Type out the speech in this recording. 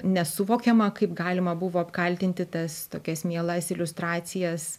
nesuvokiama kaip galima buvo apkaltinti tas tokias mielas iliustracijas